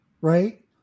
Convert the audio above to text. right